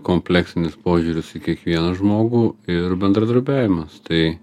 kompleksinis požiūris į kiekvieną žmogų ir bendradarbiavimas tai